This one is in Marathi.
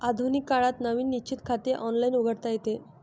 आधुनिक काळात नवीन निश्चित खाते ऑनलाइन उघडता येते